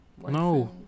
No